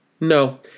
no